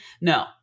No